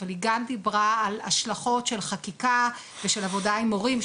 אבל היא גם דיברה על השלכות של חקיקה ושל עבודה עם הורים,